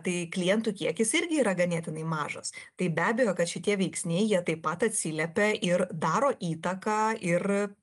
tai klientų kiekis irgi yra ganėtinai mažas tai be abejo kad šitie veiksniai jie taip pat atsiliepia ir daro įtaką ir